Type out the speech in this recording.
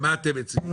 מה אתם מציעים?